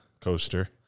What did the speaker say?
Coaster